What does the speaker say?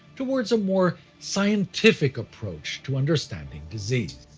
towards a more scientific approach to understanding disease.